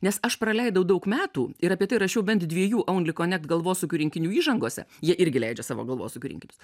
nes aš praleidau daug metų ir apie tai rašiau bent dviejų only konekt galvosūkių rinkinių įžangose jie irgi leidžia savo galvosūkių rinkinius